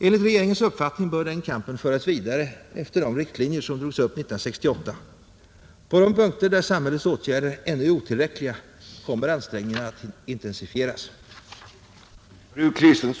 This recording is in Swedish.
Enligt regeringens uppfattning bör den kampen föras vidare efter de riktlinjer som drogs upp 1968. På de punkter där samhällets åtgärder ännu är otillräckliga kommer ansträngningarna att intensifieras.